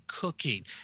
cooking